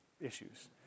issues